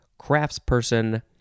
craftsperson